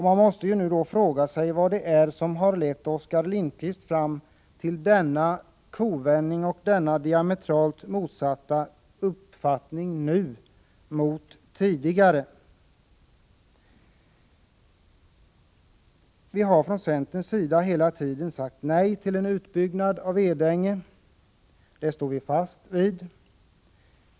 Man måste fråga sig vad det är som har lett Oskar Lindkvist fram till denna kovändning och diametralt motsatta uppfattning mot tidigare. Vi har från centerns sida hela tiden sagt nej till en utbyggnad av Edänge. Det står vi fast vid.